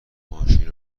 ماشین